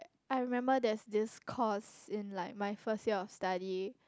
I remember there's this course in like my first year of study